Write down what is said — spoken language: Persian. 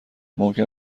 ممکن